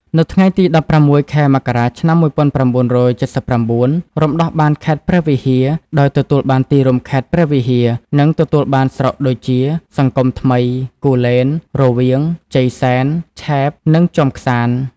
នៅថ្ងៃទី ១៦ ខែមករា ឆ្នាំ ១៩៧៩ រំដោះបានខេត្តព្រះវិហារ ដោយទទួលបានទីរួមខេត្ត ព្រះវិហារ និងទទួលបានស្រុកដូចជា សង្គមថ្មី គូលែន រវៀង ជ័យសែន ឆែប និងជាំក្សាន្ត។